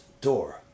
door